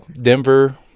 Denver